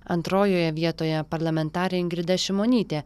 antrojoje vietoje parlamentarė ingrida šimonytė